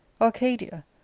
Arcadia